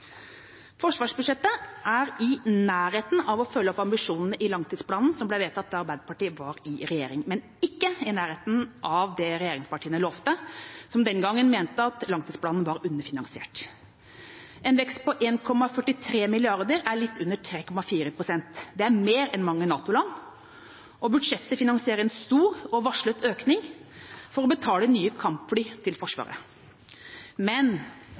Forsvarsbudsjettet er i nærheten av å følge opp ambisjonen i langtidsplanen som ble vedtatt da Arbeiderpartiet var i regjering, men ikke i nærheten av det regjeringspartiene lovet, som den gangen mente at langtidsplanen var underfinansiert. En vekst på 1,43 mrd. kr er litt under 3,4 pst. Det er mer enn mange NATO-land har. Budsjettet finansierer en stor og varslet økning for å betale nye kampfly til Forsvaret. Men